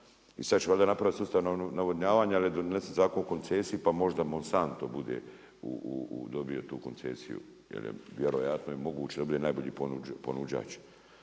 I sada će valjda napraviti sustav navodnjavanja, ali je donesen Zakon o koncesiji pa možda Monsanto bude dobio tu koncesiju, vjerojatno je moguće da bude najbolji ponuđač.